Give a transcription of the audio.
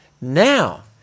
now